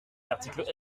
l’article